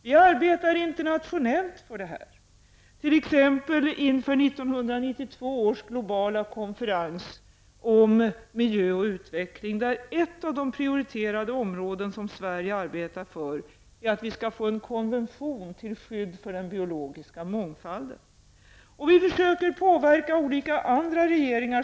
Vi arbetar internationellt för detta, t.ex. inför 1992 års globala konferens om miljö och utveckling. Ett av de prioriterade områden som Sverige där arbetar för är att vi skall få en konvention till skydd för den biologiska mångfalden. Vi försöker påverka andra regeringar.